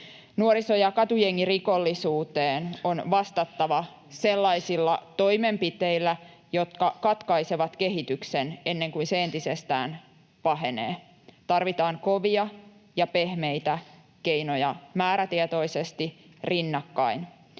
Nuoriso‑ ja katujengirikollisuuteen on vastattava sellaisilla toimenpiteillä, jotka katkaisevat kehityksen, ennen kuin se entisestään pahenee. Tarvitaan kovia ja pehmeitä keinoja määrätietoisesti rinnakkain.